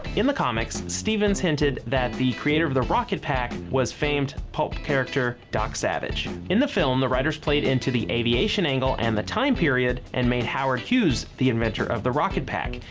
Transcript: in the comics, stevens hinted that the creator of the rocket pack was famed pulp character doc savage. and in the film the writers played into the aviation angle and the time period and made howard hughes the inventor of the rocket pack.